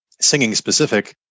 singing-specific